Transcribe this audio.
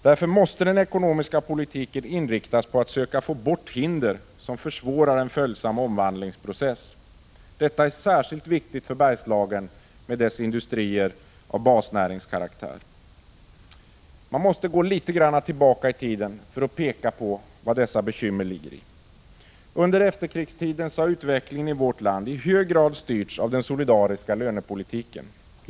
Därför måste den ekonomiska politiken inriktas på att försöka få bort hinder som försvårar en följsam omvandlingsprocess. Detta är särskilt viktigt för Bergslagen med 141 dess industrier av basnäringskaraktär. Man måste gå litet tillbaka i tiden för att peka på vad dessa bekymmer ligger i. Under efterkrigstiden har utvecklingen i vårt land i hög grad styrts av den solidariska lönepolitiken.